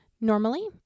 Normally